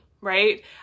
right